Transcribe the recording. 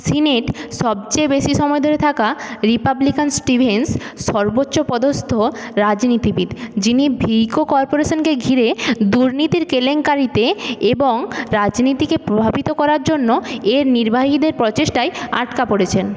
সেনেটে সবচেয়ে বেশি সময় ধরে থাকা রিপাবলিকান স্টিভেনস সর্বোচ্চ পদস্থ রাজনীতিবিদ যিনি ভিইকো কর্পোরেশনকে ঘিরে দুর্নীতির কেলেঙ্কারিতে এবং রাজনীতিকে প্রভাবিত করার জন্য এর নির্বাহীদের প্রচেষ্টায় আটকা পড়েছেন